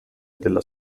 della